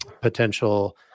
potential